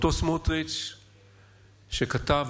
אותו סמוטריץ' שכתב,